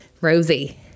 Rosie